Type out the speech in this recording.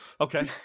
Okay